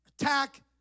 attack